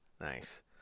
Nice